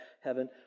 heaven